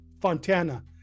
Fontana